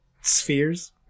spheres